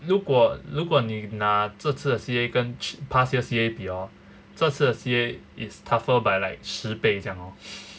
如果如果你那这次的 C_A 跟去 past year C_A 比 hor 这此的 C_A it's tougher by like 十倍这样 lor